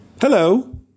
Hello